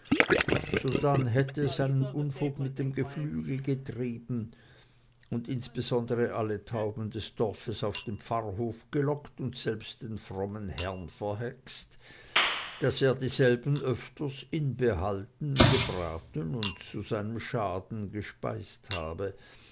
sodann hätte es seinen unfug mit dem geflügel getrieben und insbesondere alle tauben des dorfes auf den pfarrhof gelockt und selbst den frommen herrn verhext daß er dieselben öfters inbehalten gebraten und zu seinem schaden gespeist habe